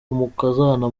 umukazana